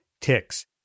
ticks